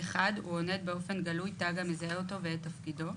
הוא עונד באופן גלוי תג המזהה אותו ואת תפקידו,